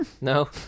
No